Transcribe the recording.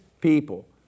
people